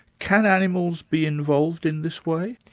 can animals be involved in this way?